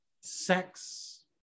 sex